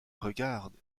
regarde